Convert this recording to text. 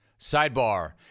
Sidebar